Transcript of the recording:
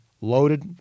loaded